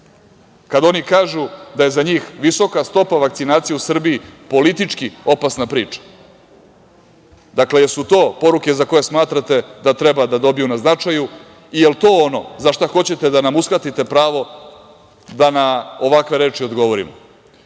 kad oni kažu da je za njih visoka stopa vakcinacije u Srbiji politički opasna priča. Dakle, jesu to poruke za koje smatrate da treba da dobiju na značaju i jel to ono za šta hoćete da nam uskratite pravo da na ovakve reči odgovorimo?